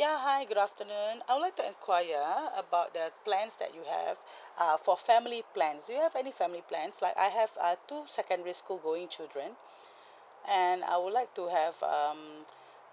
ya hi good afternoon I would like to enquire about the plans that you have uh for family plans do you have any family plans like I have uh two secondary school going children and I would like to have um